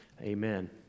Amen